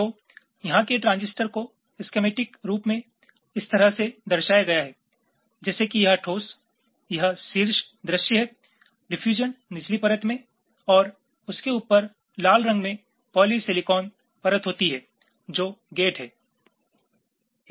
तो यहाँ के ट्रांजिस्टर को स्केमेटीक रूप में इस तरह से दर्शाया गया है जैसे कि यह ठोस यह शीर्ष दृश्य है डिफयूजन निचली परत में और उसक़े ऊपर लाल रंग में पॉलीसिलिकॉन परत होती है जो गेट है